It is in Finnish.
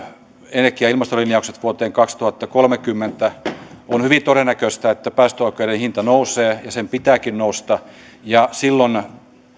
energia ja ilmastolinjaukset vuoteen kaksituhattakolmekymmentä asti on hyvin todennäköistä että päästöoikeuden hinta nousee ja sen pitääkin nousta ja silloin